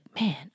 man